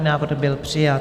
Návrh byl přijat.